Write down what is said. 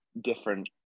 different